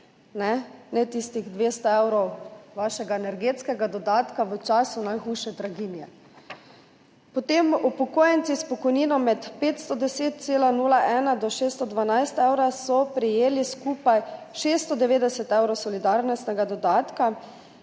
ne tistih 200 evrov vašega energetskega dodatka v času najhujše draginje. Potem so upokojenci s pokojnino med 510,01 do 612 evrov prejeli skupaj 690 evrov solidarnostnega dodatka